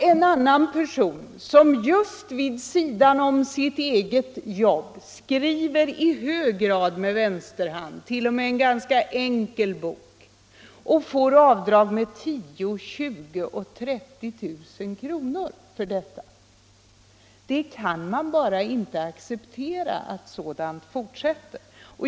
En annan person, som vid sidan av sitt eget jobb skriver —- i hög grad med vänster hand — en t.o.m. ganska enkel bok, får avdrag med 10 000, 20 000 eller 30 000 kronor för detta. Man kan bara inte acceptera att sådant fortsätter.